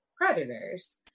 predators